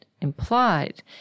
implied